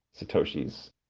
Satoshi's